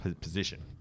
position